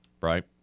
right